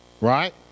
right